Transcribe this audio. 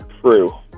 True